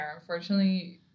Unfortunately